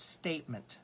statement